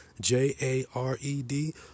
J-A-R-E-D